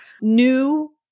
new